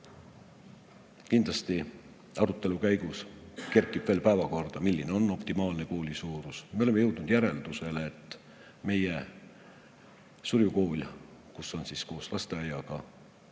Kindlasti arutelu käigus kerkib veel päevakorrale, milline on optimaalne kooli suurus. Me oleme jõudnud järeldusele, et meie Surju kool, mis on koos lasteaiaga,